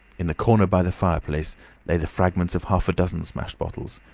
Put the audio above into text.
in the corner by the fireplace lay the fragments of half a dozen smashed bottles,